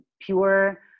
pure